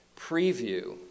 preview